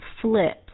flips